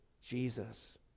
Jesus